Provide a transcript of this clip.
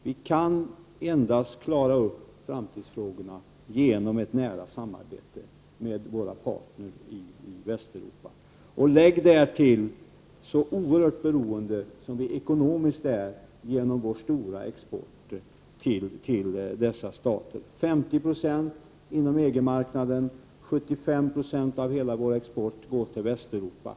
Vi kan lösa framtidsfrågorna endast genom ett nära samarbete med våra handelspartner i Västeuropa. Man kan därtill lägga att vi ekonomiskt sett är oerhört beroende genom vår stora export till dessa stater. 50 90 av vår export går till EG-marknaden, och 75 96 av hela vår export går till Västeuropa.